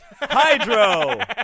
hydro